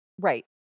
Right